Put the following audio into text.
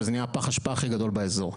וזה נהיה פח אשפה הכי גדול באזור.